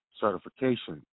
certification